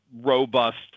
robust